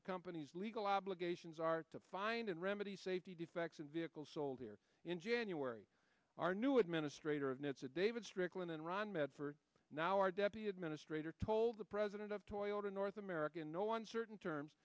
the company's legal obligations are to find and remedy safety defects and vehicle sold here in january our new administrator of nasa david strickland and ron medford now our deputy administrator told the president of toyota north america no on certain terms